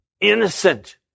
innocent